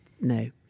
no